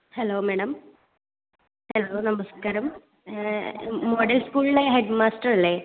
hello madam hello നമസ്കാരം model സ്കൂളിലെ headmaster അല്ലേ